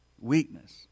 Weakness